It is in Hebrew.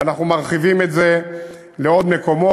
ואנחנו מרחיבים את זה לעוד מקומות.